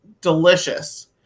delicious